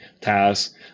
tasks